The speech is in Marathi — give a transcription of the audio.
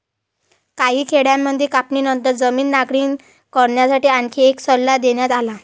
काही खेड्यांमध्ये कापणीनंतर जमीन नांगरणी करण्यासाठी आणखी एक सल्ला देण्यात आला